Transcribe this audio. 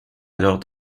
alors